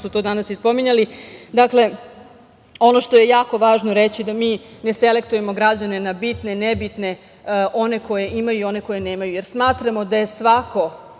su to danas i spominjali. Dakle, ono što je jako važno reći da mi ne selektujemo građane na bitne, nebitne, one koje imaju i one koji nemaju. Smatramo da je svako